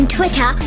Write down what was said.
Twitter